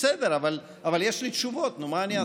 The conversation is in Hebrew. חבר הכנסת בנט, הוא עונה לך.